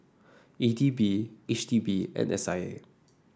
E D B H D B and S I A